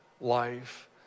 life